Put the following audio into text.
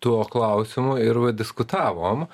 tuo klausimu ir va diskutavom